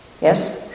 yes